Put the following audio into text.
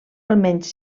almenys